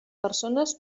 persones